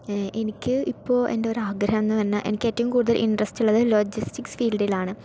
എനിക്ക് ഇപ്പോൾ എൻ്റെ ഒരു ആഗ്രഹം എന്ന് പറഞ്ഞാൽ എനിക്ക് ഏറ്റവും കൂടുതൽ ഇൻട്രസ്റ്റ് ഉള്ളത് ലോജിസ്റ്റിക്സ് ഫീൽഡിലാണ്